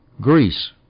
Greece